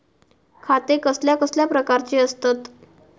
खाते कसल्या कसल्या प्रकारची असतत?